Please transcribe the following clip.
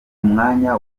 umwanya